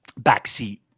backseat